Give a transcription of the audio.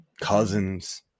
Cousins